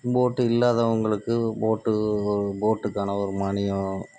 போட்டு இல்லாதவங்களுக்கு போட்டு போட்டுக்கான ஒரு மானியம்